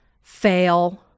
Fail